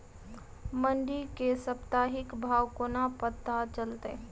मंडी केँ साप्ताहिक भाव कोना पत्ता चलतै?